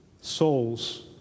souls